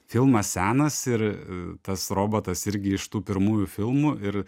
filmas senas ir tas robotas irgi iš tų pirmųjų filmų ir